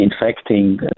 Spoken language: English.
infecting